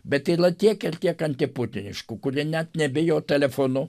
bet yra tiek ir tiek antiputiniškų kurie net nebijo telefonu